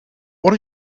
what